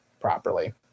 properly